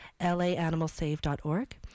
laanimalsave.org